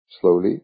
slowly